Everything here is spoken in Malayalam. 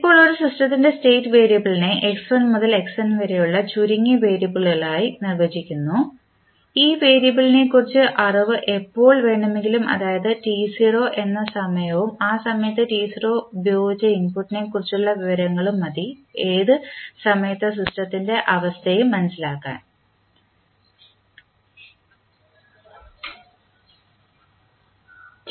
ഇപ്പോൾ ഒരു സിസ്റ്റത്തിന്റെ സ്റ്റേറ്റ് വേരിയബിളിനെ x1 മുതൽ xn വരെയുള്ള ചുരുങ്ങിയ വേരിയബിളായി നിർവചിച്ചിരിക്കുന്നു ഈ വേരിയബിളിനെക്കുറിച്ചുള്ള അറിവ് എപ്പോൾ വേണമെങ്കിലും അതായത് t0 എന്ന സമയവും ആ സമയത്ത് t0 പ്രയോഗിച്ച ഇൻപുട്ടിനെക്കുറിച്ചുള്ള വിവരങ്ങൾ ഉം മതി ഏത് സമയത്തെ സിസ്റ്റത്തിന്റെ അവസ്ഥമനസ്സിലാക്കാൻ tt0